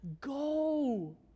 go